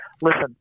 listen